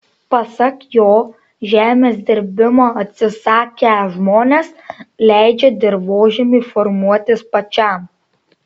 pasak jo žemės dirbimo atsisakę žmonės leidžia dirvožemiui formuotis pačiam